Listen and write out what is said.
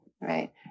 right